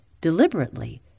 deliberately